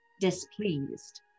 displeased